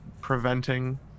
preventing